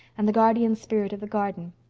and the guardian spirit of the garden.